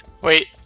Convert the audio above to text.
Wait